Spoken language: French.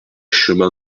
chemin